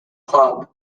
club